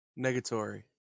Negatory